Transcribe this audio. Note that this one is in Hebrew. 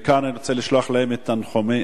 מכאן אני רוצה לשלוח להם את תנחומי,